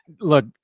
Look